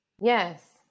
yes